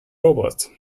robots